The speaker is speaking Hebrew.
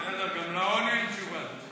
גם לעוני אין תשובה.